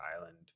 island